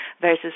versus